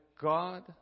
God